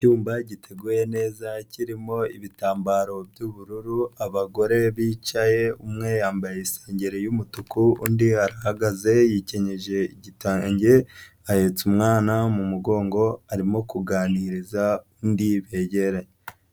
Icyumba giteguye neza kirimo ibitambaro by'ubururu, abagore bicaye umwe yambaye isengeri y',umutuku undi ahahagaze yikenyeje igitenge ahetse umwana mu mugongo, arimo kuganiriza undi begeranye.